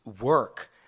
work